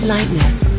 Lightness